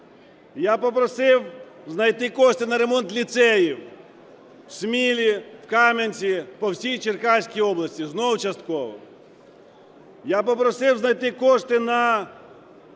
Я попросив знайти кошти на ремонт ліцеїв у Смілі, у Кам'янці, по всій Черкаській області. Знов "частково". Я попросив знайти кошти на